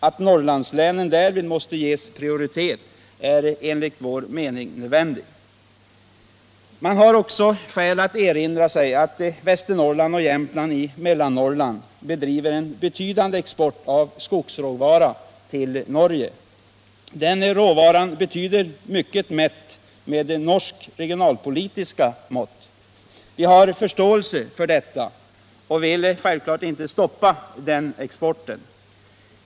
Att Norrlandslänen därvid måste ges prioritet är enligt vår mening nödvändigt. Man har också skäl att erinra sig att det från de mellannorrländska länen Västernorrland och Jämtland förekommer en betydande export av skogsråvara till Norge. Den råvaran betyder mycket mätt med norska regionalpolitiska mått. Vi har förståelse för detta och vill självfallet inte stoppa den exporten.